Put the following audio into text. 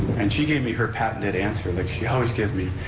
and she gave me her patented answer like she always gives me,